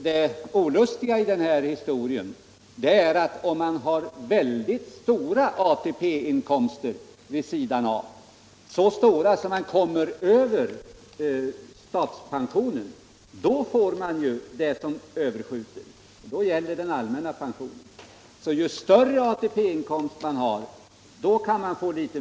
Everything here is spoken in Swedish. Det olustiga i den här historien är att om man har mycket stora ATP inkomster vid sidan av — så stora att de överstiger statspensionen — får man det överskjutande beloppet; då gäller den allmänna pensionen.